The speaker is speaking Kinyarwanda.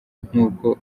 nk’uko